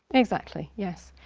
exactly, yes.